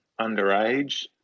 underage